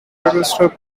atwood